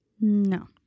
No